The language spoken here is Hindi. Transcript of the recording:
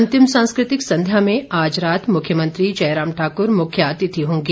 अंतिम सांस्कृतिक संध्या में आज रात मुख्यमंत्री जयराम ठाकुर मुख्य अतिथि होंगे